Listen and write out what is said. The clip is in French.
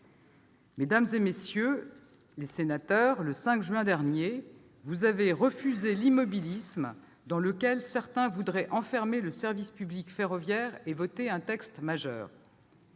Mesdames, messieurs les sénateurs, le 5 juin dernier, vous avez refusé l'immobilisme dans lequel certains voudraient enfermer le service public ferroviaire et avez adopté un texte majeur.